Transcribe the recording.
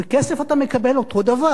וכסף אתה מקבל אותו דבר.